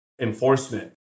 Enforcement